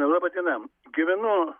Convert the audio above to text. laba diena gyvenu